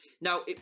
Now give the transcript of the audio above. Now